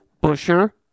Busher